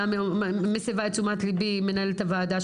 מסבה את תשומת ליבי מנהלת הוועדה,